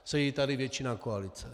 Sedí tady většina koalice.